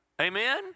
Amen